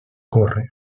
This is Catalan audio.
corre